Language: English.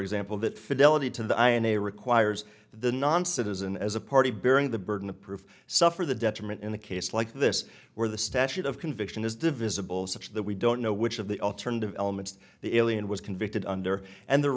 example that fidelity to the ion a requires that the non citizen as a party bearing the burden of proof suffer the detriment in a case like this where the statute of conviction is divisible such that we don't know which of the alternative elements the alien was convicted under and the